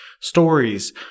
stories